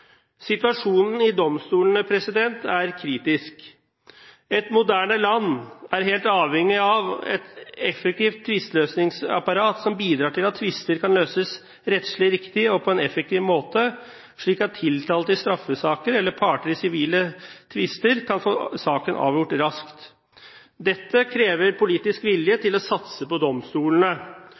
Situasjonen i domstolene er kritisk. Et moderne land er helt avhengig av et effektivt tvisteløsningsapparat som bidrar til at tvister kan løses rettslig riktig og på en effektiv måte, slik at tiltalte i straffesaker eller parter i sivile tvister kan få saken avgjort raskt. Dette krever politisk vilje til å satse på domstolene.